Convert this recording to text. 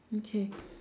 okay